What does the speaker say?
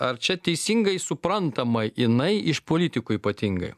ar čia teisingai suprantama jinai iš politikų ypatingai